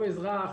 לא אזרח,